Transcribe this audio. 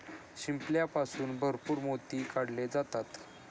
शिंपल्यापासून भरपूर मोती काढले जातात